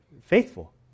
faithful